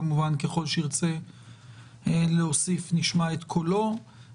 כמובן שככל שירצה להוסיף נשמע את קולו,